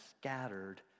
scattered